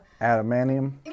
adamantium